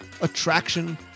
attraction